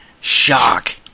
Shock